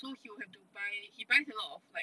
so he will have to buy he buys a lot of like